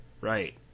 right